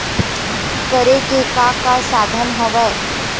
करे के का का साधन हवय?